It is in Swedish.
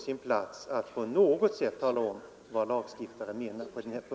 Men jag kan ställa frågan — antingen till